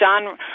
John